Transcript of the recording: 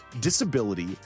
disability